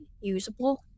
usable